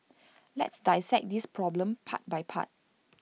let's dissect this problem part by part